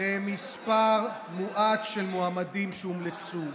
למספר מועט של מועמדים שהומלצו.